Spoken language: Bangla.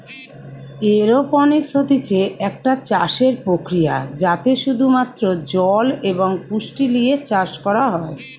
এরওপনিক্স হতিছে একটা চাষসের প্রক্রিয়া যাতে শুধু মাত্র জল এবং পুষ্টি লিয়ে চাষ করা হয়